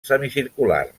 semicircular